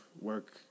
work